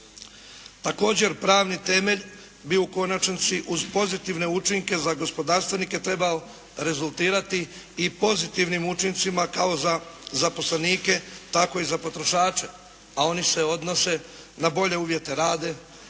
Također pravni temelj bi u konačnici uz pozitivne učinke za gospodarstvenike trebao rezultirati i pozitivnim učincima kao za zaposlenike tako i za potrošače, a oni se odnose na bolje uvjete rada,